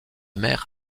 mère